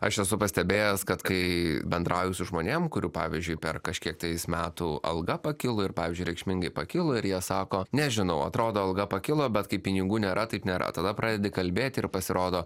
aš esu pastebėjęs kad kai bendrauju su žmonėm kurių pavyzdžiui per kažkiek tais metų alga pakilo ir pavyzdžiui reikšmingai pakilo ir jie sako nežinau atrodo alga pakilo bet kaip pinigų nėra taip nėra tada pradedi kalbėt ir pasirodo